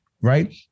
right